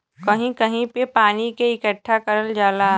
कहीं कहीं पे पानी के इकट्ठा करल जाला